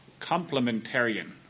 complementarian